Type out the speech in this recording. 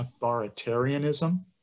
authoritarianism